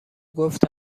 گفت